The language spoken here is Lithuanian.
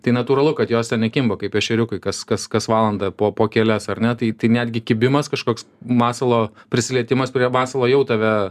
tai natūralu kad jos ten nekimba kaip ešeriukai kas kas kas valandą po po kelias ar ne tai tai netgi kibimas kažkoks masalo prisilietimas prie masalo jau tave